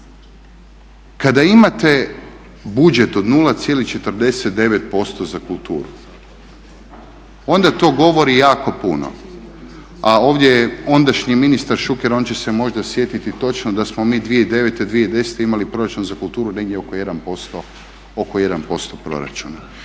kada imate budžet od 0,49% za kulturu onda to govori jako puno, a ovdje je ondašnji ministar Šuker on će se možda sjetiti točno da smo mi 2009., 2010. imali proračun za kulturu negdje oko 1% proračuna.